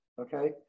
Okay